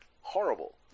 horrible